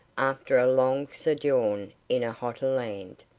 after a long sojourn in a hotter land.